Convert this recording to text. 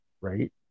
right